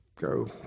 go